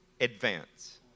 advance